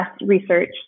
research